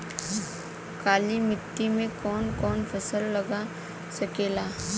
काली मिट्टी मे कौन कौन फसल लाग सकेला?